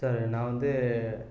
sir நான் வந்து